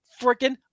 freaking